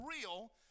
real